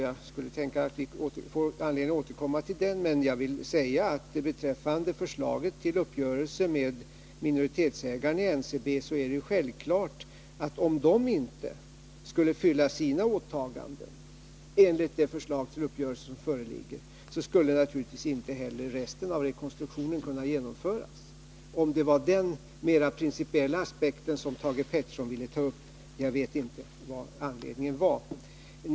Jag kan tänka mig att vi får anledning att återkomma till den, men jag vill säga beträffande det förslag till uppgörelse med minoritetsägarna i NCB som föreligger att det är självklart att om inte dessa skulle uppfylla sina åtaganden enligt förslaget, så skulle naturligtvis inte heller resten av rekonstruktionen kunna genomföras. Jag nämner detta, för den händelse det var denna mera principiella aspekt Thage Peterson ville diskutera — jag vet inte riktigt av vilken anledning han tog upp detta.